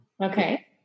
Okay